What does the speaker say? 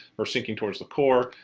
or sinking towards the core,